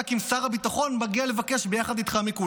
רק אם שר הביטחון מגיע לבקש מכולם יחד איתך.